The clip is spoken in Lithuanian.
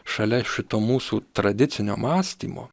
šalia šito mūsų tradicinio mąstymo